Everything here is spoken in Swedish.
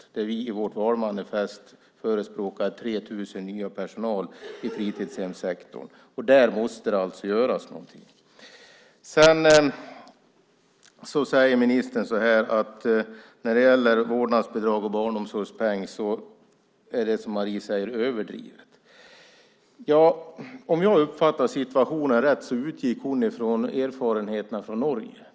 Vi förespråkar i vårt valmanifest 3 000 nya anställda i personalen i fritidshemssektorn. Där måste det göras någonting. Ministern säger att det Marie Granlund säger om vårdnadsbidrag och barnomsorgspeng är överdrivet. Om jag uppfattar situationen rätt utgick hon från erfarenheterna från Norge.